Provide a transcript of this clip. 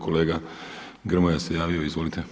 Kolega Grmoja se javio izvolite.